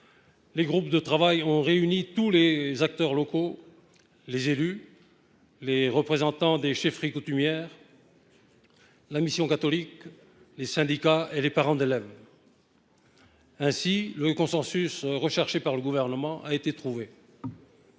les groupes de travail ont réuni tous les acteurs locaux : les élus, les représentants des chefferies coutumières, la mission catholique, les syndicats et les parents d’élèves. Ainsi, le consensus recherché par le Gouvernement a été trouvé.